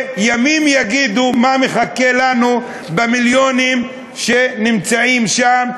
וימים יגידו מה מחכה לנו במיליונים שנמצאים שם,